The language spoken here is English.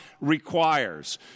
requires